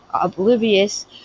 oblivious